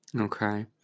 Okay